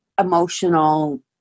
emotional